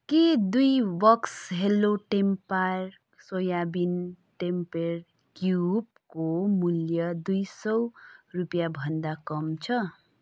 के दुई bucks hello tempeh soybean tempeh क्युब्सको मूल्य दुई रुपियाँभन्दा कम छ